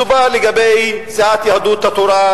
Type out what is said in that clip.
מדובר לגבי סיעת יהדות התורה,